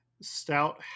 stout